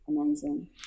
amazing